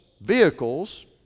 vehicles